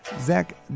Zach